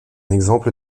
exemple